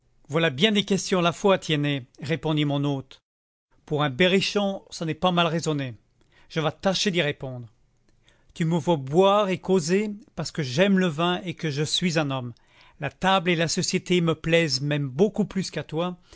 voilà bien des questions à la fois tiennet répondit mon hôte pour un berrichon ça n'est pas mal raisonné je vas tâcher d'y répondre tu me vois boire et causer parce que j'aime le vin et que je suis un homme la table et la société me plaisent même beaucoup plus qu'à toi